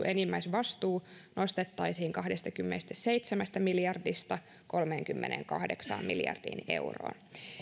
enimmäisvastuu nostettaisiin kahdestakymmenestäseitsemästä miljardista kolmeenkymmeneenkahdeksaan miljardiin euroon